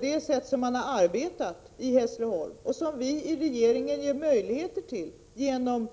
Det sätt som man har arbetat på i Hässleholm och som vi i regeringen ger möjligheter till genom